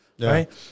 Right